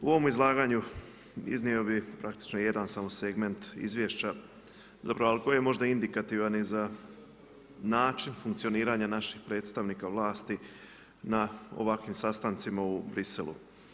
U ovom izlaganju iznio bih praktično jedan samo segment izvješća ali koji je možda indikativan i za način funkcioniranja naših predstavnika vlasti na ovakvim sastancima u Bruxellesu.